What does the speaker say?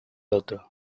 otro